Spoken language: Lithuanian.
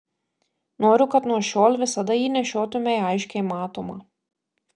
noriu kad nuo šiol visada jį nešiotumei aiškiai matomą